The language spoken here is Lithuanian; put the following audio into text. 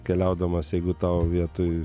keliaudamas jeigu tau vietoj